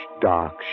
dark